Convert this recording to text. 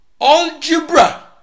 Algebra